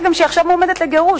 מה גם שעכשיו היא מועמדת לגירוש.